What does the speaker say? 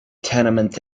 tenement